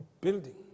Building